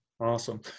Awesome